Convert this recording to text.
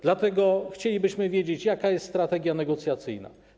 Dlatego chcielibyśmy wiedzieć, jaka jest strategia negocjacyjna.